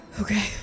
Okay